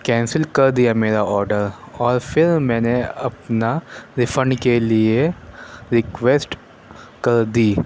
cancel کر دیا میرا آرڈر اور پھر میں نے اپنا ریفنڈ کے لئے ریکوسٹ کر دی